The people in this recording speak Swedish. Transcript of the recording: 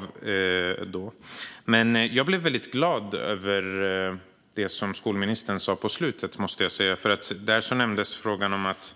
Jag blev, måste jag säga, väldigt glad över det som skolministern sa på slutet, för då nämndes att